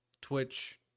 Twitch